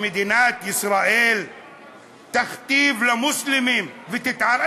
שמדינת ישראל תכתיב למוסלמים ותתערב.